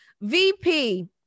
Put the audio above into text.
VP